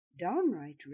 downright